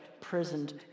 prisoned